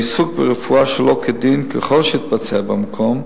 עיסוק ברפואה שלא כדין, ככל שהתבצע במקום,